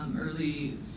early